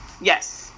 Yes